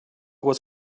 was